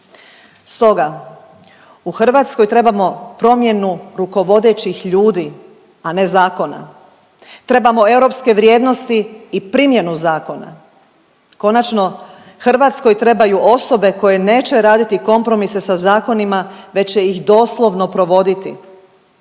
Stoga, u Hrvatskoj trebamo promjenu rukovodećih ljudi, a ne zakona. Trebamo europske vrijednosti i primjenu zakona. Konačno Hrvatskoj trebaju osobe koje neće raditi kompromise sa zakonima već će ih doslovno provoditi.